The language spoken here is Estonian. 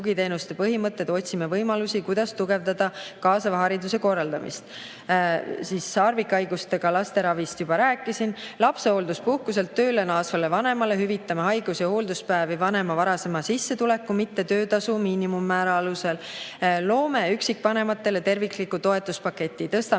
tugiteenuste põhimõtted. Otsime võimalusi, kuidas tugevdada kaasava hariduse korraldamist. Harvikhaigustega laste ravist ma juba rääkisin. Lapsehoolduspuhkuselt tööle naasvale vanemale hüvitame haigus‑ ja hoolduspäevi vanema varasema sissetuleku, mitte töötasu miinimummäära alusel. Loome üksikvanematele tervikliku toetuspaketi, tõstame